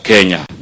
Kenya